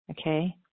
okay